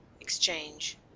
exchange